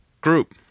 group